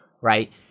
right